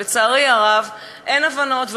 אבל לצערי הרב אין הבנות.